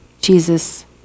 Jesus